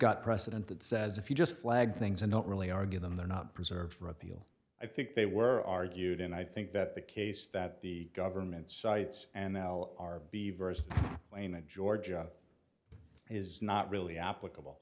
got precedent that says if you just flag things and don't really argue them they're not preserved for appeal i think they were argued and i think that the case that the government sites and l are be very plain at georgia is not really applicable